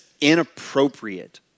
inappropriate